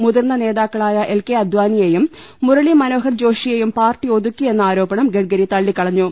മുതിർന്ന നേതാക്കളായ L K Advani യെയും മുരളീ മനോഹർ ജോഷിയെയും പാർട്ടി ഒതുക്കി എന്ന ആരോപണം ഗഡ്കരി തള്ളിക്കളഞ്ഞു